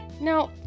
now